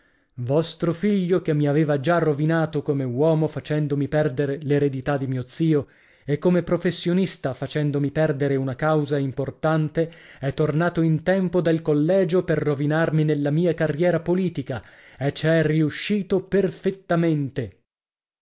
vostro figlio che mi aveva già rovinato come uomo facendomi perdere l'eredità di mio zio e come professionista facendomi perdere una causa importante è tornato in tempo dal collegio per rovinarmi nella mia carriera politica e c'è riuscito perfettamente